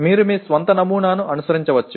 మీరు మీ స్వంత నమూనాను అనుసరించవచ్చు